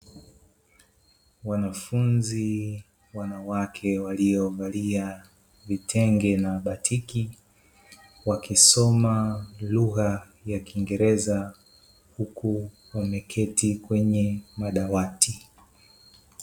Wanafunzi wanawake waliovalia vitenge na batiki wakisoma lugha ya kiingereza huku wameketi kwenye madawati.